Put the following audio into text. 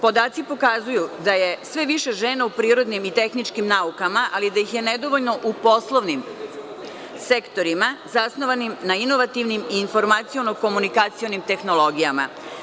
Podaci pokazuju da je sve više žena u prirodnim i tehničkim naukama, ali da ih je nedovoljno u poslovnim sektorima zasnovanim na inovativnim i informaciono-komunikacionim tehnologijama.